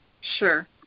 Sure